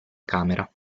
camera